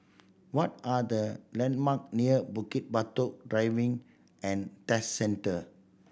what are the landmark near Bukit Batok Driving and Test Centre